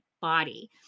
body